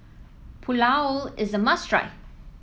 Pulao is a must try